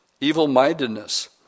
evil-mindedness